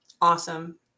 Awesome